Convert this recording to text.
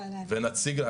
אני אשמח.